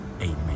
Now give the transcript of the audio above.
Amen